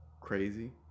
crazy